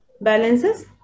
balances